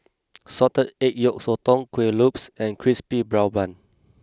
Salted Egg Yolk Sotong Kuih Lopes and Crispy Brown Bun